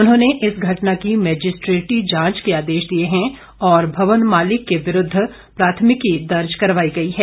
उन्होंने इस घटना की मैजिस्ट्रेटी जांच के आदेश दिए हैं और भवन मालिक के विरूद्व प्राथमिकी दर्ज करवाई गई है